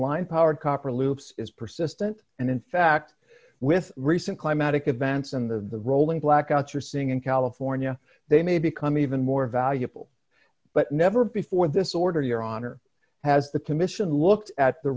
line powered copper loops is persistent and in fact with recent climatic events in the rolling blackouts are seeing in california they may become even more valuable but never before this order your honor has the commission looked at the